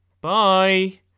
Bye